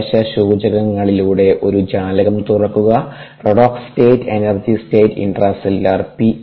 കോശ സൂചകങ്ങളിലൂടെ ഒരു ജാലകം തുറക്കുക redox state energy state intracellular P